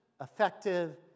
effective